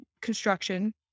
construction